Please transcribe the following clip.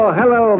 hello